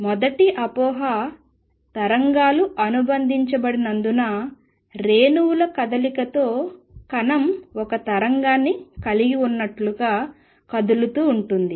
మొదటి అపోహ తరంగాలు అనుబంధించబడినందున రేణువుల కదలికతో కణం ఒక తరంగాన్ని కలిగి ఉన్నట్లుగా కదులుతూ ఉండాలి